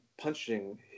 punching